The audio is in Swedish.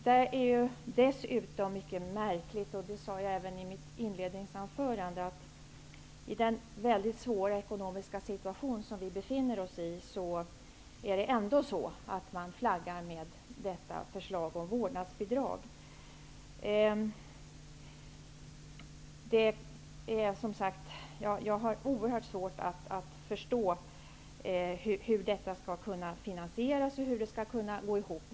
Det är dessutom mycket märkligt, det sade jag redan i mitt inledningsanförande, att man i den mycket svåra ekonomiska situation som vi befinner oss i ändå flaggar med förslaget om vårdnadsbidrag. Jag har oerhört svårt att förstå hur detta skall kunna finansieras och hur det skall kunna gå ihop.